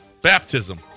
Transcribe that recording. baptism